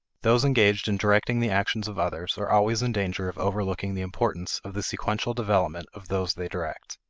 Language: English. those engaged in directing the actions of others are always in danger of overlooking the importance of the sequential development of those they direct.